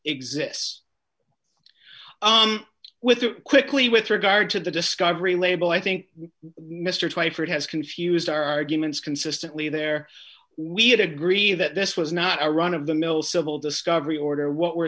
exists with that quickly with regard to the discovery label i think mr twyford has confused arguments consistently there we had agree that this was not a run of the mill civil discovery order what we're